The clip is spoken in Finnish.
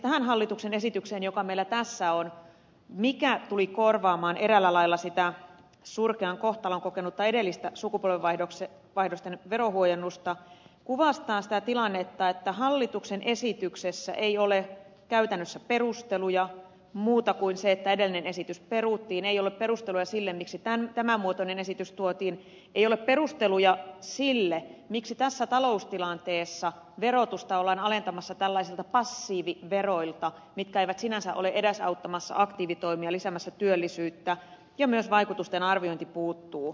tämä hallituksen esitys joka meillä tässä on ja joka tuli korvaamaan eräällä lailla sitä surkean kohtalon kokenutta edellistä sukupolvenvaihdosten verohuojennusta kuvastaa sitä tilannetta että hallituksen esityksessä ei ole käytännössä perusteluja muuta kuin se että edellinen esitys peruttiin ei ole perusteluja sille miksi tämän muotoinen esitys tuotiin ei ole perusteluja sille miksi tässä taloustilanteessa verotusta ollaan alentamassa tällaisilta passiiviveroilta mitkä eivät sinänsä ole edesauttamassa aktiivitoimia lisäämässä työllisyyttä ja myös vaikutusten arviointi puuttuu